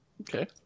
Okay